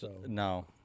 No